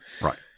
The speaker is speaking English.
Right